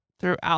throughout